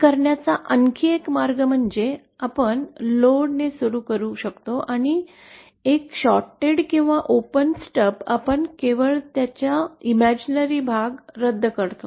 ते करण्याचा आणखी एक मार्ग म्हणजे आपण भार ने सुरू करू शकतो आणि एक शॉर्ट्ड किंवा ओपन स्टब जोडून आपण केवळ त्याचा काल्पनिक भाग रद्द करतो